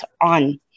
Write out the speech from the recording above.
on